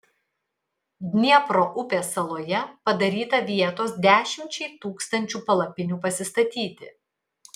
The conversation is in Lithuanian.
dniepro upės saloje padaryta vietos dešimčiai tūkstančių palapinių pasistatyti